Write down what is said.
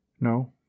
No